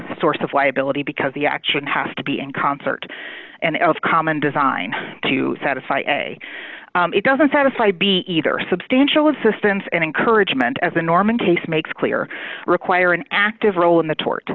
source of liability because the action has to be in concert and of common design to satisfy a it doesn't satisfy be either substantial assistance and encouragement as the norman case makes clear require an active role in the tort